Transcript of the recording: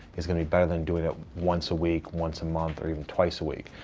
it's going to be better than doing it once a week, once a month, or even twice a week.